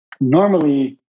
normally